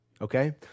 Okay